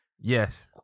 Yes